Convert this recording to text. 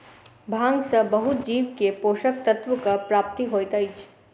भांग सॅ बहुत जीव के पोषक तत्वक प्राप्ति होइत अछि